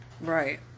Right